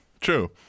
true